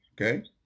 okay